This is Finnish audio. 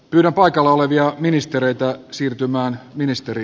kyllä paikalla olevia ministereitä siirtymään ministeri